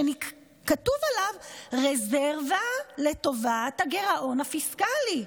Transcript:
שכתוב עליו "רזרבה לטובת הגירעון הפיסקלי".